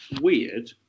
weird